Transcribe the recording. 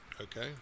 Okay